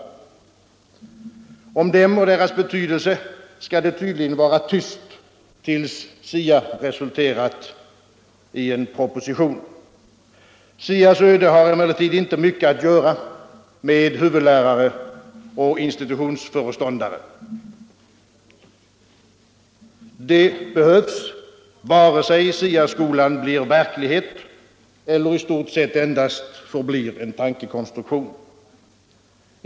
Om dem och deras betydelse skall det tydligen vara tyst tills SIA resulterat i en proposition. SIA:s öde har emellertid inte mycket att göra med huvudlärare och institutionsföreståndare. De behövs vare sig SIA-skolan blir verklighet eller i stort sett endast en tankekonstruktion.